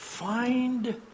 Find